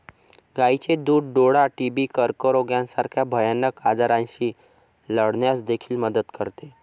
गायीचे दूध डोळा, टीबी, कर्करोग यासारख्या भयानक आजारांशी लढण्यास देखील मदत करते